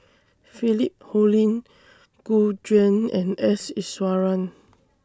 Philip Hoalim Gu Juan and S Iswaran